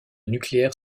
nucléaire